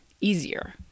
easier